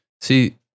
See